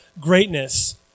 greatness